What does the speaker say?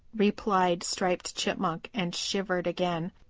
replied striped chipmunk and shivered again.